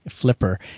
flipper